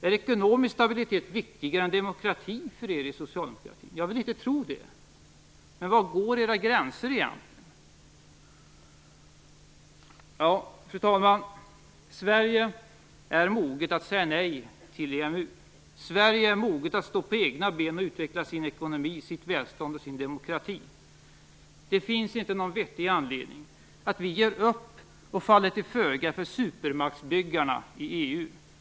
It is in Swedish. Är ekonomisk stabilitet viktigare än demokrati för er inom socialdemokratin? Jag vill inte tro det, men var går era gränser egentligen? Fru talman! Sverige är moget att säga nej till EMU. Sverige är moget att stå på egna ben och att utveckla sin ekonomi, sitt välstånd och sin demokrati. Det finns inte någon vettig anledning att ge upp och falla till föga för supermaktsbyggarna i EU.